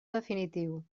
definitiu